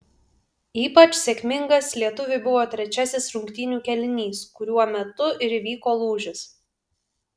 ypač sėkmingas lietuviui buvo trečiasis rungtynių kėlinys kuriuo metu ir įvyko lūžis